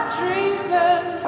dreaming